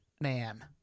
man